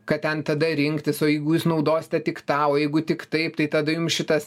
ką ten tada rinktis o jeigu jūs naudosite tik tau jeigu tik taip tai tada jum šitas